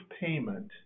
payment